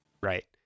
Right